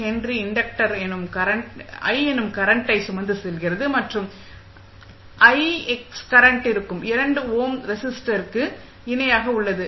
5 H inductor i எனும் கரண்டை சுமந்து செல்கிறது மற்றும் கரண்ட் இருக்கும் 2 ஓம் ரெஸிஸ்டருக்கு இணையாக உள்ளது